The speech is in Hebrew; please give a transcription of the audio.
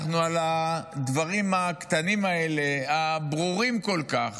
אנחנו על הדברים הקטנים האלה, הברורים כל כך,